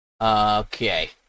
Okay